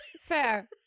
Fair